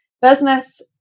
Business